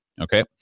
Okay